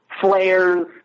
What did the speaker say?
flares